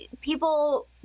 people